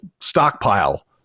stockpile